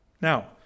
Now